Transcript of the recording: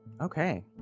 Okay